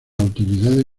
autoridades